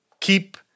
Keep